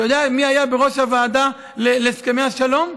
אתה יודע מי היה הראש הוועדה להסכמי השלום?